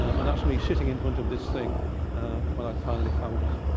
um and that's me sitting in front of this thing when i'd finally found it.